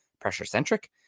pressure-centric